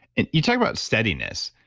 and you talked about steadiness.